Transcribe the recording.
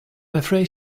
afraid